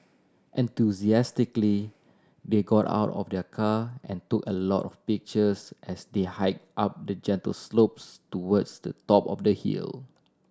enthusiastically they got out of the car and took a lot of pictures as they hike up the gentle slopes towards the top of the hill